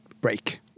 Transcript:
break